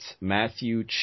Matthew